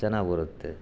ಚೆನ್ನಾಗಿ ಬರುತ್ತೆ